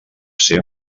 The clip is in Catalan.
ser